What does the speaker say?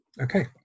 Okay